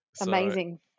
Amazing